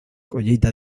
collita